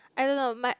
I don't know might